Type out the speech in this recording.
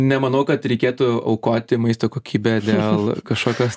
nemanau kad reikėtų aukoti maisto kokybę dėl kažkokios